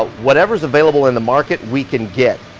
ah whatever's available in the market we can get.